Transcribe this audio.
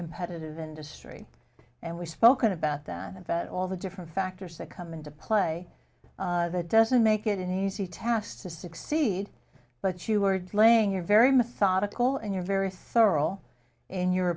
competitive industry and we've spoken about that and that all the different factors that come into play that doesn't make it an easy task to succeed but you were playing your very methodical and you're very thorough in your